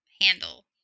handle